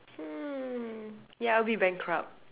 hmm yeah I'll be bankrupt